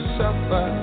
suffer